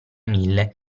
mille